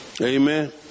Amen